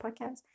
podcast